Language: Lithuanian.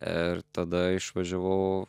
ir tada išvažiavau